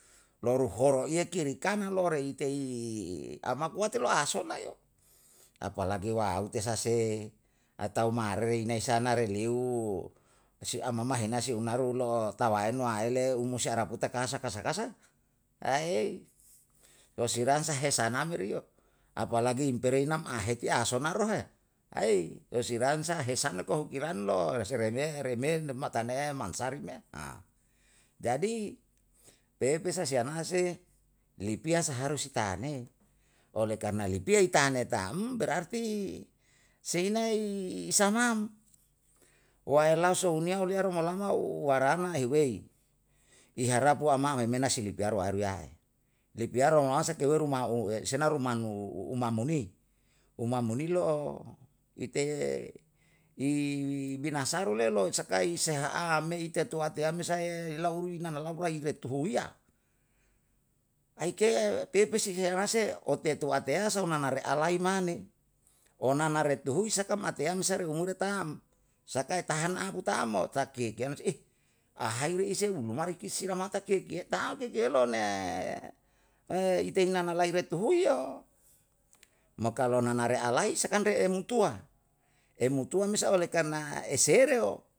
Loru horoiye kiri kanan lore itei ama kowate lo asona yo, apalagi waute sa se atau ma rei nai sana reliu si amama hena si unaru lo'o tawaen noaele u musi araputa kasa kasa kasa. lo si ransa he meri yo apalagi umperi nam aheti asonaru he, lo si ransa hesano ko hokiran lo rese reme reme makane'e mansaru me. Jadi, pepesa si anase, lipia saharu si ta ne, ole karna lipia itane tam, berarti seinai sanang. Waelaso huniya olia rumalamao warana ehuwei, i harapu ama memena si lipiaru aeruyae. Lipiaru nanawansa weru ma u sernarumanu uma mo ni, uma mo ni lo'o ite i binasaru le lo sakai seha a me ite tuatiya me sae lau uru inam laurai le tuhuwiya, ai ke pepesi sei anase otetua teasa onanare alaimane. Onana re tuhui saka mateyam me sai reumure tam, sakae tahan abu tam mo, ta ke keyanu a haire ise uru mamari ke siramata ke, kie tau ke kielo ne ite ina nalai retuhui yo. Mo kalu nanare alai sakan re emutua, emutua me sa oleh karna esere o